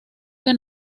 que